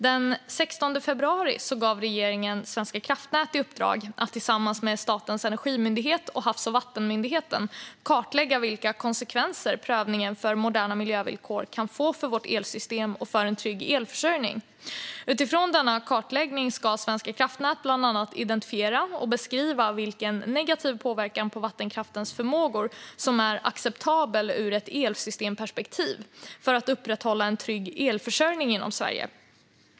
Den 16 februari gav regeringen Svenska kraftnät i uppdrag att tillsammans med Statens energimyndighet och Havs och vattenmyndigheten kartlägga vilka konsekvenser prövningen för moderna miljövillkor kan få för vårt elsystem och för en trygg elförsörjning. Utifrån denna kartläggning ska Svenska kraftnät bland annat identifiera och beskriva vilken negativ påverkan på vattenkraftens förmågor som är acceptabel ur ett elsystemsperspektiv för att upprätthålla en trygg elförsörjning inom Sverige.